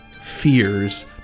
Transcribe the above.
fears